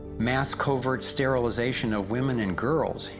mass covert sterilization of women and girls,